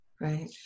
Right